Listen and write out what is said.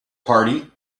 party